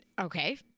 Okay